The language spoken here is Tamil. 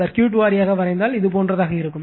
சர்க்யூட் வாரியாக வரைந்தால் இதுபோன்றதாக இருக்கும்